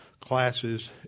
classes